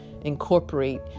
incorporate